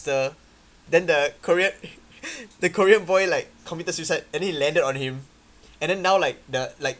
~ster then the korean the korean boy like committed suicide and then he landed on him and then now like the like